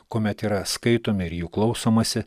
kuomet yra skaitomi ir jų klausomasi